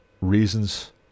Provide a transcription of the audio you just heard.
reasons